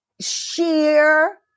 sheer